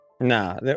Nah